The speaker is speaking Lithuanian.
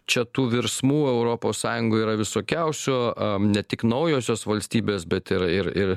čia tų virsmų europos sąjungoj yra visokiausių ne tik naujosios valstybės bet ir ir ir